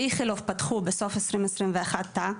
באיכילוב פתחו בסוף 2021 תא.